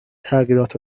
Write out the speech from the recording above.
تغییرات